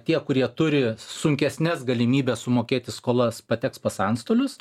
tie kurie turi sunkesnes galimybes sumokėti skolas pateks pas antstolius